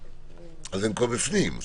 הם כבר בפנים.